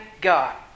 God